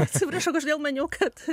atsiprašau kažkodėl maniau kad